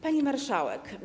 Pani Marszałek!